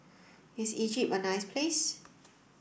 is Egypt a nice place